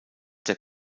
der